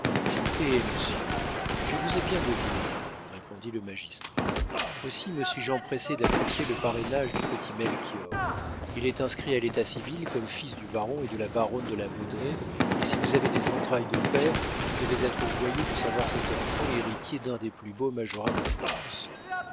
eh monsieur je vous ai bien deviné répondit le magistrat aussi me suis-je empressé de recevoir le parrainage du petit melchior il est inscrit à létat civil comme fils du baron et de la baronne de la baudraye et si vous avez des entrailles de père vous devez être joyeux de savoir cet enfant héritier d'un des plus beaux majorats de france